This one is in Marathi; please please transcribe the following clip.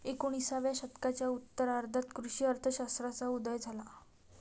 एकोणिसाव्या शतकाच्या उत्तरार्धात कृषी अर्थ शास्त्राचा उदय झाला